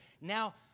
Now